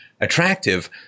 attractive –